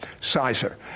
Sizer